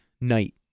night